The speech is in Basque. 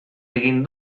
egin